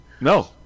No